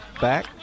back